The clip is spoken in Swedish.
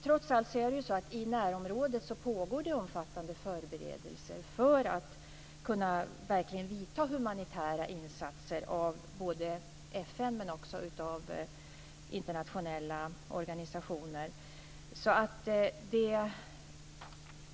Trots allt pågår det i närområdet omfattande förberedelser för att både FN och andra internationella organisationer skall kunna gå in med humanitära insatser.